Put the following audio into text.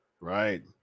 right